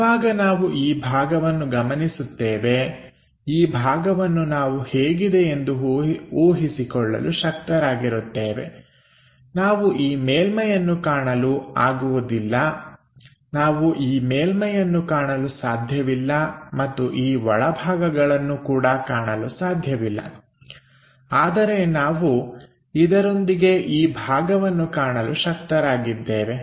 ಯಾವಾಗ ನಾವು ಈ ಭಾಗವನ್ನು ಗಮನಿಸುತ್ತೇವೆ ಈ ಭಾಗವನ್ನು ನಾವು ಹೇಗಿದೆಯೆಂದು ಉಹಿಸಿಕೊಳ್ಳಲು ಶಕ್ತರಾಗಿ ರುತ್ತೇವೆ ನಾವು ಈ ಮೇಲ್ಮೈಯನ್ನು ಕಾಣಲು ಆಗುವುದಿಲ್ಲ ನಾವು ಈ ಮೇಲ್ಮೈಯನ್ನು ಕಾಣಲು ಸಾಧ್ಯವಿಲ್ಲ ಮತ್ತು ಈ ಒಳಭಾಗಗಳನ್ನು ಕೂಡ ಕಾಣಲು ಸಾಧ್ಯವಿಲ್ಲ ಆದರೆ ನಾವು ಇದರೊಂದಿಗೆ ಈ ಭಾಗವನ್ನು ಕಾಣಲು ಶಕ್ತರಾಗಿದ್ದೇವೆ